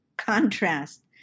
contrast